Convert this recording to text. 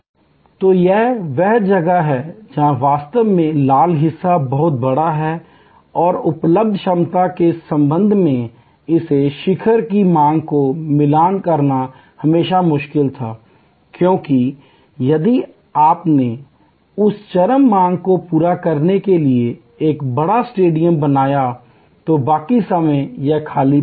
तो यह वह जगह है जहां वास्तव में लाल हिस्सा बहुत बड़ा है और उपलब्ध क्षमता के संबंध में इस शिखर की मांग का मिलान करना हमेशा मुश्किल था क्योंकि यदि आपने उस चरम मांग को पूरा करने के लिए एक बड़ा स्टेडियम बनाया तो बाकी समय यह खाली पड़ा रहेगा